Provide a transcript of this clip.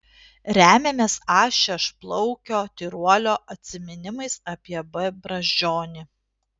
remiamės a šešplaukio tyruolio atsiminimais apie b brazdžionį